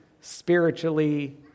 spiritually